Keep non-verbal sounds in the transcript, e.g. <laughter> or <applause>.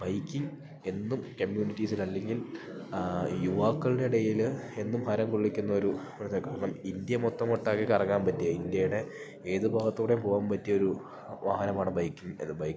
biking എന്നും കമ്മ്യൂണിറ്റീസിലല്ലെങ്കിൽ യുവാക്കളുടെ ഇടയിൽ എന്നും ഹരം കൊള്ളിക്കുന്ന ഒരു <unintelligible> കാരണം ഇന്ത്യ മൊത്തമൊട്ടാകെ കറങ്ങാൻ പറ്റിയ ഇന്ത്യയുടെ ഏത് ഭാഗത്തൂടെ പോകാൻ പറ്റിയൊരു വാഹനമാണ് ബൈക്കിംഗ് അത് ബൈക്ക്